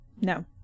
No